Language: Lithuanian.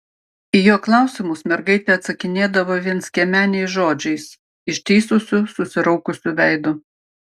į jo klausimus mergaitė atsakinėdavo vienskiemeniais žodžiais ištįsusiu susiraukusiu veidu